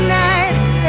nights